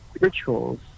rituals